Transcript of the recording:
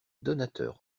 donateur